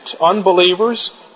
unbelievers